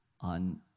on